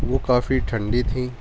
وہ کافی ٹھنڈی تھیں